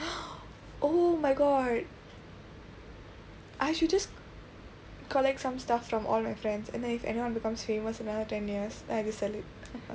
oh my god I should just collect some stuff from all my friends and then if anyone becomes famous in another ten years ago then I'll just sell it